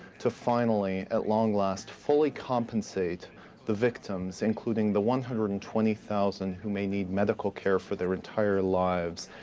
to finally at long last fully compensate the victims, including the one hundred and twenty thousand who may need medical care for their entire lives,